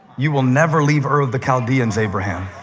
you will never leave ur of the chaldeans, abraham.